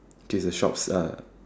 okay the shops uh